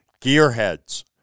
Gearheads